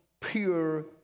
pure